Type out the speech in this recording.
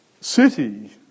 city